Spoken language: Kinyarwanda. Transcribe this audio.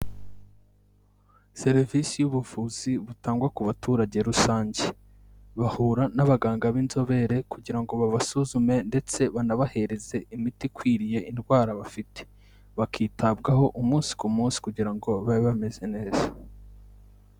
Serivisi y'ubuvuzi butangwa ku baturage rusange, bahura n'abaganga b'inzobere kugira ngo babasuzume ndetse banabahereze imiti ikwiriye indwara bafite, bakitabwaho umunsi ku munsi kugira ngo babe bameze neza.